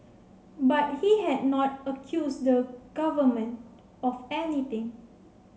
but he had not accused the Government of anything